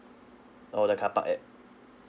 orh the car park app